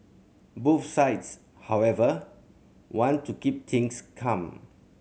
both sides however want to keep things calm